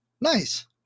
Nice